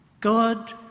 God